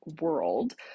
world